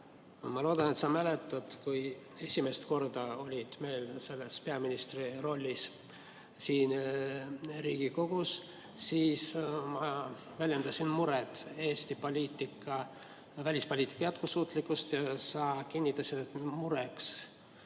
Ma loodan, et sa mäletad, et kui sa esimest korda olid peaministri rollis siin Riigikogus, siis ma väljendasin muret Eesti välispoliitika jätkusuutlikkuse pärast. Sa kinnitasid, et mureks